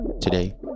today